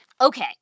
okay